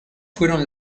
fueron